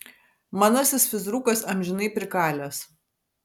manasis fizrukas amžinai prikalęs